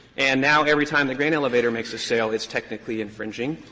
and now every time the grain elevator makes a sale, it's technically infringing.